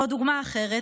דוגמה אחרת: